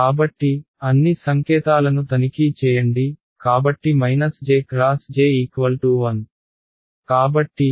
కాబట్టి అన్ని సంకేతాలను తనిఖీ చేయండి కాబట్టి j x j 1